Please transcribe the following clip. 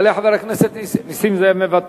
יעלה חבר הכנסת נסים, נסים זאב מוותר.